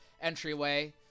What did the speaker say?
entryway